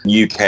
UK